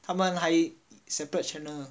他们还 separate channels